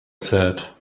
said